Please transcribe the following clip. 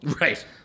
right